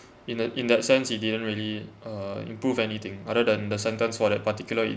in that in that sense it didn't really uh improve anything other than the sentence for that particular i~